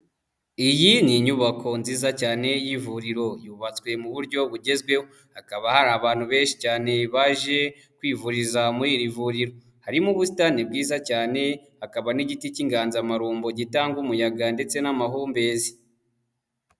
Iyi ni inyubako nziza cyane y'ivuriro yubatswe mu buryo bugezweho, hakaba hari abantu benshi cyane baje kwivuriza muri iri vuriro, harimo ubusitani bwiza cyane hakaba n'igiti k'inganzamarumbo gitanga umuyaga ndetse n'amahumbezi.